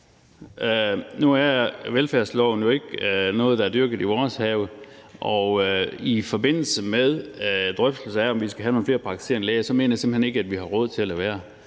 Nu er velfærdsloven jo ikke noget, der er dyrket i vores have. Og i forbindelse med drøftelsen af, om vi skal have nogle flere praktiserende læger, vil jeg sige, at jeg simpelt hen ikke mener, at vi har råd til at lade være.